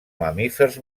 mamífers